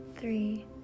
three